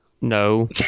No